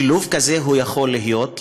שילוב כזה יכול להיות,